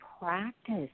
practice